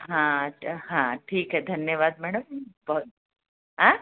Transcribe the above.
हाँ अच्छा हाँ ठीक है धन्यवाद मैडम बहुत बहुत धन्यवाद हाँ